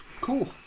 Cool